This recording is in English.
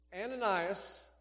Ananias